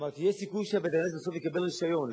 אמרתי: יש סיכוי שבית-הכנסת בסוף יקבל רשיון,